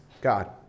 God